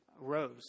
rose